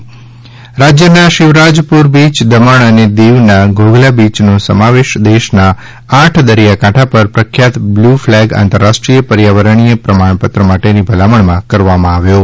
ત રાજ્યના Shivrajpur beach Daman અને દીવ ના ઘોઘલા બીયનો સમાવેશ દેશના આઠ દરિયાકાંઠા પર પ્રખ્યાત બ્લુ ફલેગ આંતરરાષ્ટ્રીય પર્યાવરણીય પ્રમાણપત્ર માટેની ભલામણમાં કરવામાં આવ્યો છે